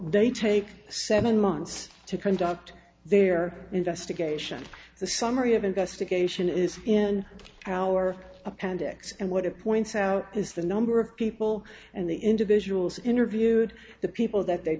they take seven months to conduct their investigation the summary of investigation is in our appendix and what it points out is the number of people and the individuals interviewed the people that they